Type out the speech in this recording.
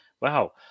wow